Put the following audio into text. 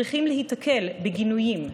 צריכים להיתקל בגינויים,